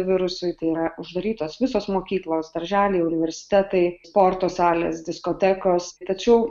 virusui tai yra uždarytos visos mokyklos darželiai universitetai sporto salės diskotekos tačiau